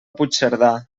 puigcerdà